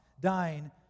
dying